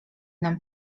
nam